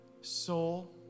soul